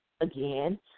again